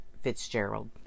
Fitzgerald